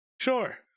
Sure